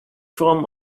from